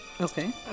Okay